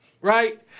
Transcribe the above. right